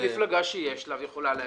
מפלגה שיש לה והיא יכולה להגיש?